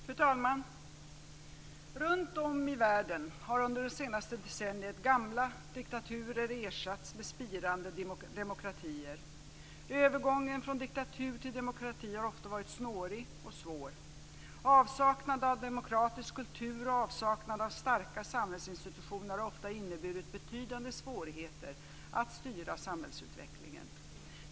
Fru talman! Runtom i världen har under det senaste decenniet gamla diktaturer ersatts med spirande demokratier. Övergången från diktatur till demokrati har ofta varit snårig och svår. Avsaknad av demokratisk kultur och avsaknad av starka samhällsinstitutioner har ofta inneburit betydande svårigheter att styra samhällsutvecklingen.